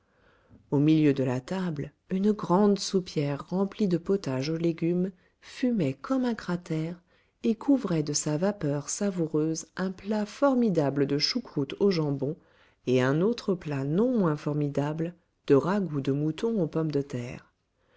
au milieu de la table une grande soupière remplie de potage aux légumes fumait comme un cratère et couvrait de sa vapeur savoureuse un plat formidable de choucroute au jambon et un autre plat non moins formidable de ragoût de mouton aux pommes de terre